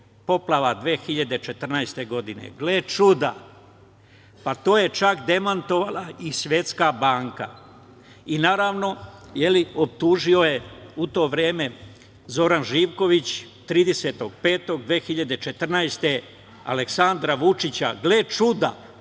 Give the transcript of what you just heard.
poplava 2014. godine. Gle čuda, pa to je čak demantovala i Svetska banka i naravno, optužio je u to vreme Zoran Živković 30. maja 2014. godine Aleksandra Vučića, gle čuda